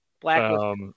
Black